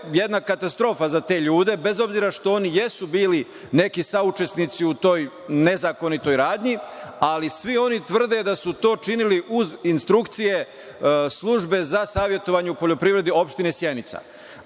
jedna katastrofa za te ljude, bez obzira što oni jesu bili neki saučesnici u toj nezakonitoj radnji, ali svi oni tvrde da su to činili uz instrukcije Službe za savetovanje u poljoprivredi, opštini Sjenica.